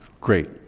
great